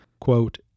quote